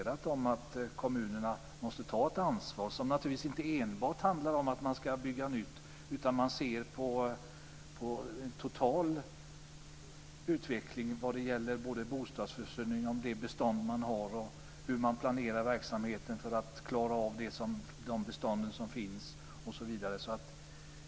Det innebär att kommunerna måste ta ett ansvar inte bara för att bygga nytt utan också för en total utveckling av bostadsförsörjningen, av de bestånd som man har osv.